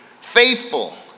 faithful